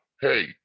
hey